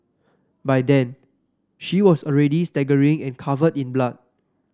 by then she was already staggering and covered in blood